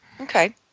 Okay